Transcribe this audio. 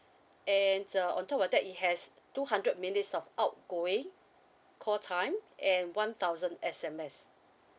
and uh on top of that it has two hundred minutes of outgoing call time and one thousand S_M_S